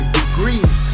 degrees